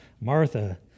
Martha